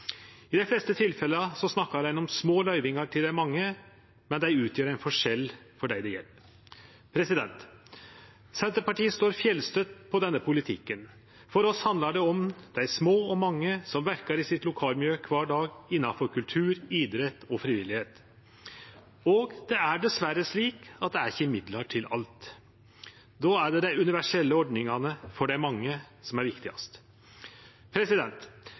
I dei fleste tilfelle snakkar ein om små løyvingar til dei mange, men dei utgjer ein forskjell for dei det gjeld. Senterpartiet står fjellstøtt på denne politikken. For oss handlar det om dei små og mange som verkar i sitt lokalmiljø kvar dag innanfor kultur, idrett og frivilligheit. Det er dessverre slik at det er ikkje midlar til alt. Då er det dei universelle ordningane for dei mange som er viktigast.